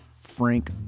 Frank